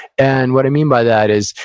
and what i mean by that is,